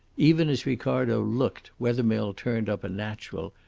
even as ricardo looked wethermill turned up a natural,